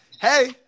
hey